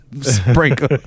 sprinkle